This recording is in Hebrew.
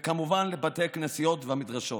וכמובן לבתי הכנסיות והמדרשות.